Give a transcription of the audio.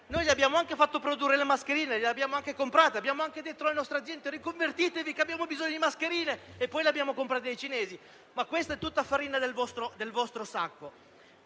Gli abbiamo anche fatto produrre le mascherine, gliele abbiamo comprate, abbiamo detto alle nostre aziende di riconvertirsi perché avevamo bisogno di mascherine, e poi le abbiamo comprate dai cinesi, ma questa è tutta farina del vostro sacco.